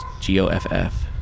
G-O-F-F